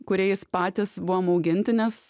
kuriais patys buvom auginti nes